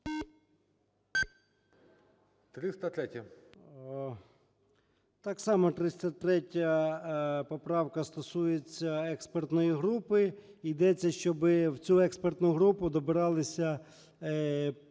Так само 303 поправка стосується експертної групи. Йдеться, щоб в цю експертну групу добиралися експерти